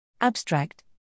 abstract